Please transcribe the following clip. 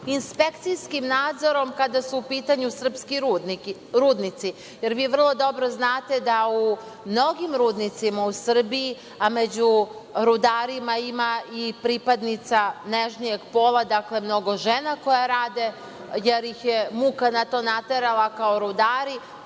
inspekcijskim nadzorom kada su u pitanju srpski rudnici. Vi vrlo dobro znate da u mnogim rudnicima u Srbiji, a među rudarima ima i pripadnica nežnijeg pola, dakle mnogo žena, koje rade jer ih je muka na to naterala kao rudari,